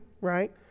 right